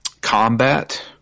combat